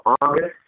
August